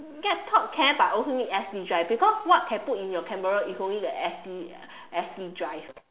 laptop can but also need S_D drive because what can put in your camera is only the S_D S_D drive